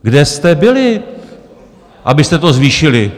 Kde jste byli, abyste to zvýšili?!